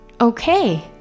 Okay